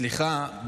סליחה,